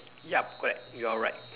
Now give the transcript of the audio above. yup correct you are right